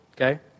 okay